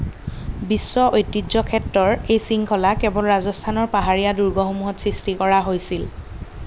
বিশ্ব ঐতিহ্য ক্ষেত্ৰৰ এই শৃংখলা কেৱল ৰাজস্থানৰ পাহাৰীয়া দুৰ্গসমূহত সৃষ্টি কৰা হৈছিল